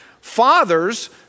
Fathers